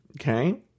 Okay